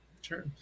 Sure